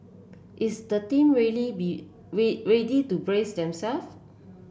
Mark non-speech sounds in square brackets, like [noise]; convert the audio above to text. is the team [unintelligible] ready to brace themselves